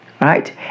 right